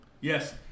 Yes